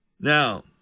Now